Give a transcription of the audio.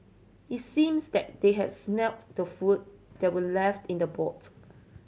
it seems that they had smelt the food that were left in the boot